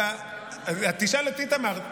תשאל את איתמר.